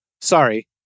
sorry